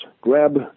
grab